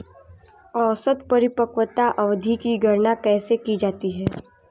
औसत परिपक्वता अवधि की गणना कैसे की जाती है?